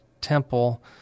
Temple